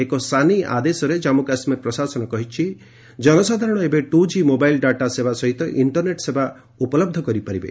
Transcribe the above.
ଏକ ସାନି ଆଦେଶରେ ଜାମ୍ପୁ କାଶ୍ମୀର ପ୍ରଶାସନ କହିଛି ଜନସାଧାରଣ ଏବେ ଟୁ ଜି ମୋବାଇଲ୍ ଡାଟା ସେବା ସହିତ ଇଣ୍ଟରନେଟ୍ ସେବା ଉପଲବ୍ଧ କରିପାରିବେ